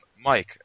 Mike